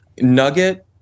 Nugget